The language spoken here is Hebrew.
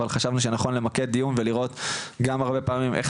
אבל חשבנו שנכון למקד דיון ולראות גם הרבה פעמים איך